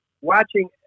watching